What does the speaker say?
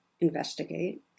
investigate